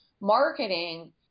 marketing